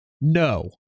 No